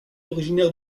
originaire